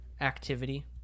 activity